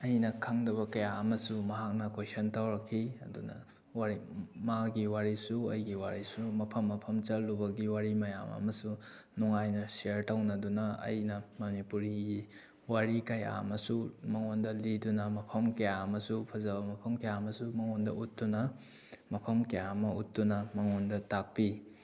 ꯑꯩꯅ ꯈꯪꯗꯕ ꯀꯌꯥ ꯑꯃꯁꯨ ꯃꯍꯥꯛꯅ ꯀꯣꯏꯁꯟ ꯇꯧꯔꯛꯈꯤ ꯑꯗꯨꯅ ꯃꯥꯒꯤ ꯋꯥꯔꯤꯁꯨ ꯑꯩꯒꯤ ꯋꯥꯔꯤꯁꯨ ꯃꯐꯝ ꯃꯐꯝ ꯆꯠꯂꯨꯕꯒꯤ ꯋꯥꯔꯤ ꯃꯌꯥꯝ ꯑꯃꯁꯨ ꯅꯨꯡꯉꯥꯏꯅ ꯁꯤꯌꯥꯔ ꯇꯧꯅꯗꯨꯅ ꯑꯩꯅ ꯃꯅꯤꯄꯨꯔꯤꯒꯤ ꯋꯥꯔꯤ ꯀꯌꯥ ꯑꯃꯁꯨ ꯃꯉꯣꯟꯗ ꯂꯤꯗꯨꯅ ꯃꯐꯝ ꯀꯌꯥ ꯑꯃꯁꯨ ꯐꯖꯕ ꯃꯐꯝ ꯀꯌꯥ ꯑꯃꯁꯨ ꯃꯉꯣꯟꯗ ꯎꯠꯇꯨꯅ ꯃꯐꯝ ꯀꯌꯥ ꯑꯃ ꯎꯠꯇꯨꯅ ꯃꯉꯣꯟꯗ ꯇꯥꯛꯄꯤ